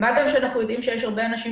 מה גם שאנחנו יודעים שיש הרבה אנשים